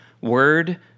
word